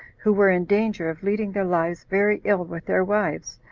who were in danger of leading their lives very ill with their wives,